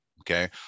okay